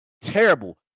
terrible